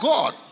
God